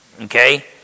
okay